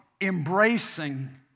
embracing